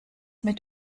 mit